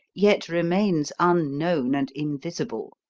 yet remains unknown and invisible.